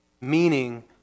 meaning